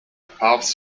paths